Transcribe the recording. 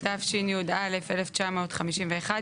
בשתי הפסקאות הראשונות,